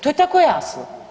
To je tako jasno.